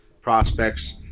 prospects